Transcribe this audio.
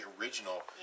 original